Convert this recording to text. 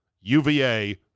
UVA